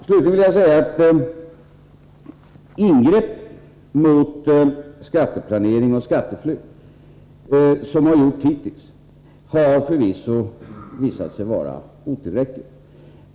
Slutligen vill jag säga att de ingrepp mot skatteplanering och skatteflykt som hittills har gjorts förvisso har visat sig vara otillräckliga.